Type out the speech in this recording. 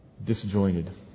Disjointed